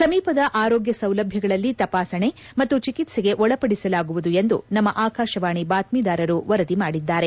ಸಮೀಪದ ಆರೋಗ್ಯ ಸೌಲಭ್ಯಗಳಲ್ಲಿ ತಪಾಸಣೆ ಮತ್ತು ಚಿಕಿತ್ಸೆಗೆ ಒಳಪಡಿಸಲಾಗುವುದು ಎಂದು ನಮ್ನ ಆಕಾಶವಾಣಿ ಬಾತ್ನೀದಾರರು ವರದಿ ಮಾಡಿದ್ದಾರೆ